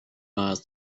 miles